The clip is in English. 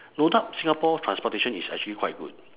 no doubt singapore transportation is actually quite good